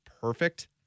perfect